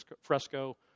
Fresco